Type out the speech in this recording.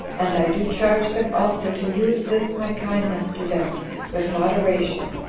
and i do charge them also to use this my kindness to them with moderation,